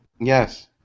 Yes